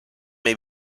may